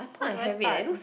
why do I type